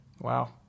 Wow